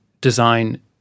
design